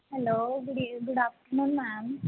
hello good evening good afternoon ma'am